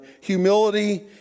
humility